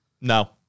No